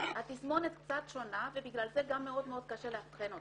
התסמונת קצת שונה ובגלל זה גם מאוד קשה לאבחון אותה,